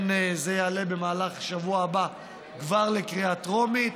זה יעלה במהלך השבוע הבא כבר לקריאה טרומית